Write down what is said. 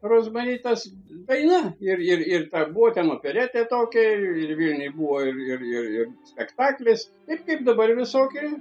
rozmari tas daina ir ir ta buvo ten operetė tokia ir ir vilniuj buvo ir ir spektaklis ir kaip dabar visokių